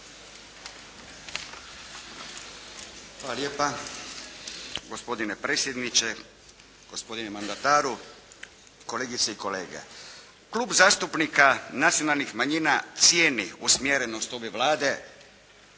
Hvala lijepa. Gospodine predsjedniče, gospodine mandataru, kolegice i kolege. Klub zastupnika nacionalnih manjina cijeni usmjerenost ove Vlade